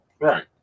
Right